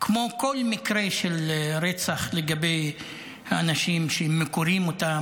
כמו כל מקרה של רצח לגבי האנשים שמכירים אותם,